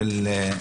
סעיף 11(א),